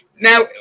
Now